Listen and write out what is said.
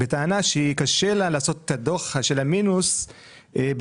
בטענה שקשה לה לעשות את הדו"ח של המינוס במקוצר.